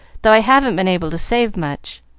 though i haven't been able to save much.